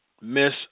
miss